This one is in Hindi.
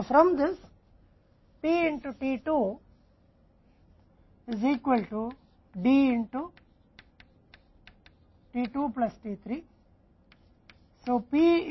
इस P से t 2 में D t 2 प्लस t 3 के बराबर है